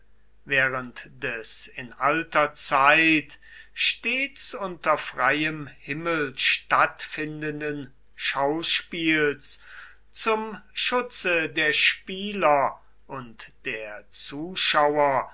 während des in alter zeit stets unter freiem himmel stattfindenden schauspiels zum schutze der spieler und der zuschauer